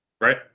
Right